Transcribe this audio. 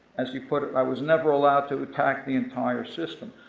as he put it, i was never allowed to attack the entire system.